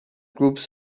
groups